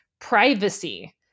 privacy